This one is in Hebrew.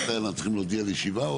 נודיע על ישיבה.